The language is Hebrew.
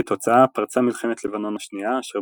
כתוצאה פרצה מלחמת לבנון השנייה אשר